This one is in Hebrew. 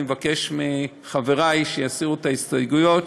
אני מבקש מחברי שיסירו את ההסתייגויות,